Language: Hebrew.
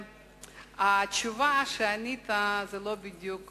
התשובה שענית היא לא בדיוק